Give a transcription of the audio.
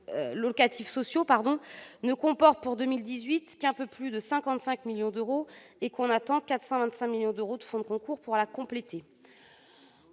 ne comporte pour 2018 qu'un peu plus de 55 millions d'euros, et que l'on attend 425 millions d'euros de fonds de concours pour la compléter.